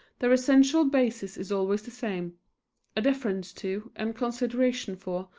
their essential basis is always the same a deference to, and consideration for,